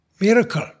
Miracle